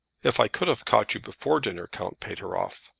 if i could have caught you before dinner, count pateroff,